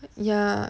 yeah